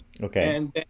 okay